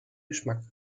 geschmack